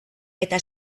eta